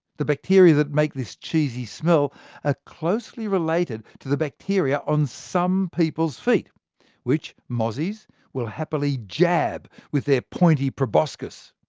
the bacteria that make this cheesy smell are ah closely related to the bacteria on some people's feet which mozzies will happily jab with their pointy proboscis.